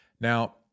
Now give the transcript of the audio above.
Now